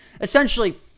essentially